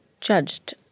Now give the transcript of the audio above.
judged